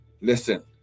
Listen